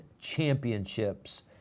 championships